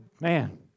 man